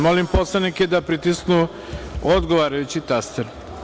Molim poslanike da pritisnu odgovarajući taster.